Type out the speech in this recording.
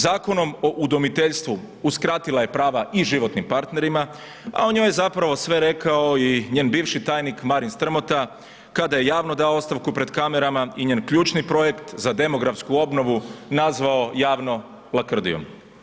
Zakonom o udomiteljstvu uskratila je prava i životnim partnerima, a o njoj je zapravo sve rekao i njen bivši tajnik Marin Strmota, kada je javno dao ostavku pred kamerama i njen ključni projekt za demografsku obnovu nazvao javno lakrdijom.